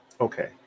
Okay